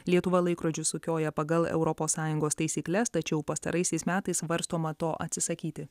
lietuva laikrodžius sukioja pagal europos sąjungos taisykles tačiau pastaraisiais metais svarstoma to atsisakyti